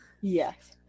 Yes